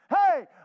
Hey